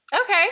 Okay